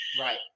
Right